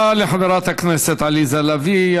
תודה לחברת הכנסת עליזה לביא.